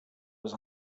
was